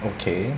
okay